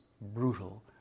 brutal